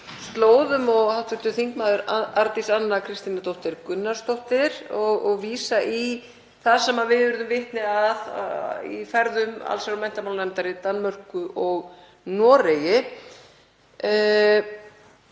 slóðum og hv. þm. Arndís Anna Kristínardóttir Gunnarsdóttir og vísa í það sem við urðum vitni að í ferðum allsherjar- og menntamálanefndar í Danmörku og Noregi.